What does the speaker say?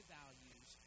values